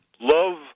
Love